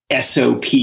SOP